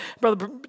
Brother